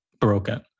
broken